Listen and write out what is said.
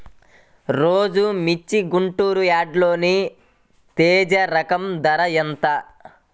ఈరోజు మిర్చి గుంటూరు యార్డులో తేజ రకం ధర ఎంత?